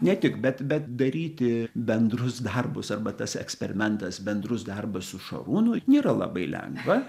ne tik bet bet daryti bendrus darbus arba tas eksperimentas bendrus darbus su šarūnu nėra labai lengva